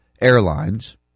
airlines